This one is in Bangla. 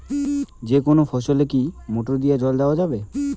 যেকোনো ফসলে কি মোটর দিয়া জল দেওয়া যাবে?